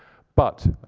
but